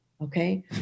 Okay